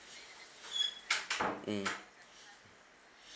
mm